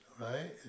right